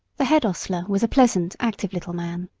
the head hostler was a pleasant, active little man,